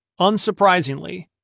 Unsurprisingly